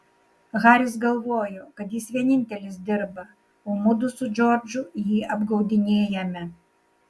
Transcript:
haris galvojo kad jis vienintelis dirba o mudu su džordžu jį apgaudinėjame